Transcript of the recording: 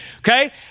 Okay